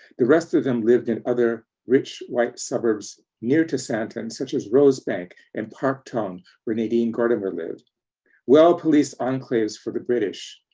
the rest of them lived in other rich white suburbs near to sandton such as rosebank and parktown where nadine gordimer lived well-policed enclaves for the british.